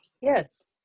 yes